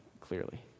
clearly